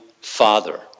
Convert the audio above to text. father